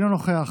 אינו נוכח,